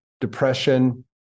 depression